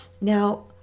Now